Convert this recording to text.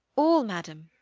all, madam.